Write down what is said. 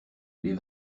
les